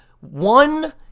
one